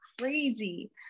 crazy